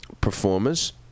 performers